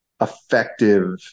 effective